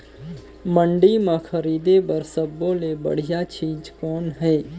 मंडी म खरीदे बर सब्बो ले बढ़िया चीज़ कौन हे?